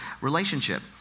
relationship